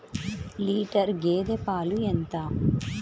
Litre గేదె పాలు ఎంత?